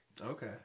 Okay